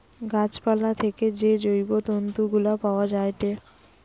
গাছ পালা থেকে যে জৈব তন্তু গুলা পায়া যায়েটে